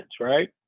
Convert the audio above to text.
right